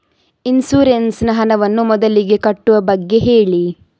insurance ನ ಹಣವನ್ನು ಮೊದಲಿಗೆ ಕಟ್ಟುವ ಬಗ್ಗೆ ಹೇಳಿ